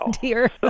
dear